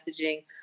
messaging